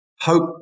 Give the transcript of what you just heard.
Hope